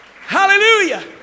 Hallelujah